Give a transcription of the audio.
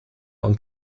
und